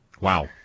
Wow